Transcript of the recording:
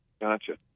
Gotcha